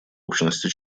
общности